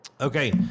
Okay